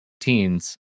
teens